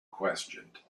questioned